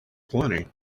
plenty